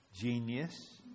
genius